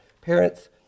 Parents